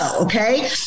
Okay